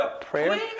prayer